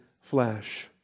flesh